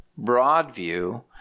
Broadview